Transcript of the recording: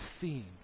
theme